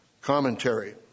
commentary